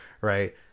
right